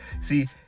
See